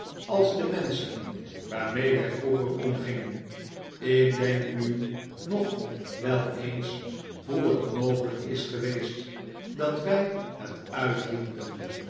als de menschen waarmee wij vroeger omgingen ik denk nu nog wel eens hoe t moralph weer ten huize der ni ckleby's gelijk is geweest dat wij het uithielden